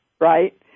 right